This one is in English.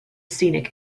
scenic